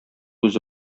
үзе